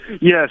Yes